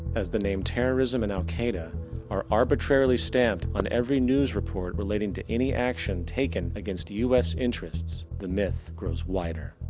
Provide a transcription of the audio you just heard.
as the name terrorism and al qaida are arbitrarilly stamped on every news report relating to any action taken against us interests the myth grows wider.